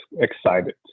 excited